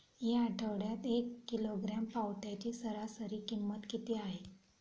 या आठवड्यात एक किलोग्रॅम पावट्याची सरासरी किंमत किती आहे?